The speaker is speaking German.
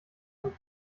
von